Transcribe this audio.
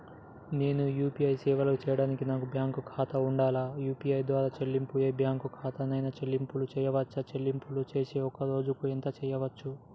నేను యూ.పీ.ఐ సేవలను చేయడానికి నాకు బ్యాంక్ ఖాతా ఉండాలా? యూ.పీ.ఐ ద్వారా చెల్లింపులు ఏ బ్యాంక్ ఖాతా కైనా చెల్లింపులు చేయవచ్చా? చెల్లింపులు చేస్తే ఒక్క రోజుకు ఎంత చేయవచ్చు?